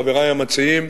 חברי המציעים,